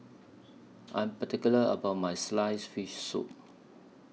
I Am particular about My Sliced Fish Soup